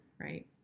right